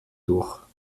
durch